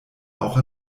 auch